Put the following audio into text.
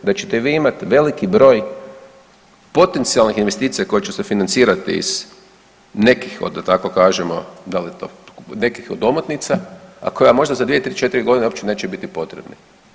Da ćete vi imati veliki broj potencijalnih investicija, koje će se financirati iz nekih od, da tako kažemo, da li je to, nekih od omotnica, a koja možda za 2, 3, 4 godine uopće neće biti potrebni.